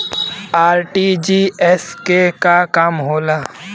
RTGS के का काम होला?